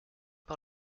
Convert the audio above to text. par